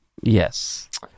Yes